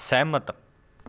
ਸਹਿਮਤ